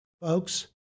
folks